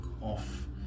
off